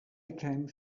became